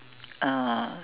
uh